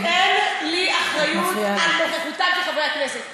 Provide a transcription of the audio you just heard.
אין קואליציה, יש שתי חברות כנסת נציגות.